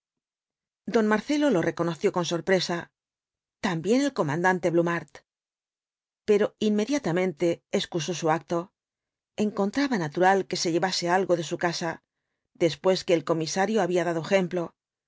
don marcelo lo reconoció con sorpresa también el comandante blumhardt pero inmediatamente excusó su acto encontraba natural que se llevase algo de su casa después que el comisario había dado el ejemplo